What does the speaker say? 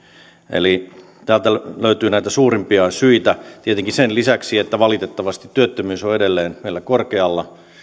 eli täältä löytyy näitä suurimpia syitä tietenkin sen lisäksi että valitettavasti edelleen on meillä korkealla työttömyys